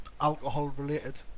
alcohol-related